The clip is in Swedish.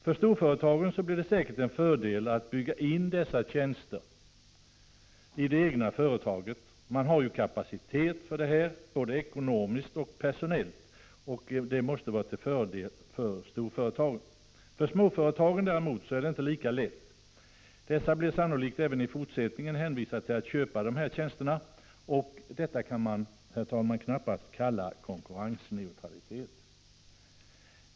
För storföretagen blir det säkert en fördel att bygga in dessa tjänster i det egna företaget, och de har ju kapacitet härför, både ekonomiskt och personellt. Det måste vara till fördel för storföretagen. För småföretagen är det inte lika lätt. De blir sannolikt även i fortsättningen hänvisade till att köpa dessa tjänster. Det kan man knappast kalla konkurrensneutralitet.